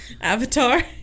Avatar